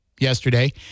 yesterday